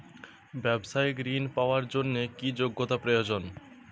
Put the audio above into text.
ব্যবসায়িক ঋণ পাওয়ার জন্যে কি যোগ্যতা প্রয়োজন?